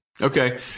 okay